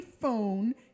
phone